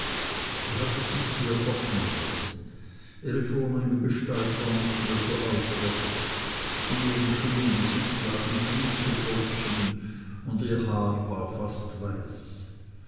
sie hatte sich sehr verändert ihre vornehme gestalt war nicht mehr so aufrecht in ihrem schönen gesicht lagen tiefe furchen und ihr haar war fast weiß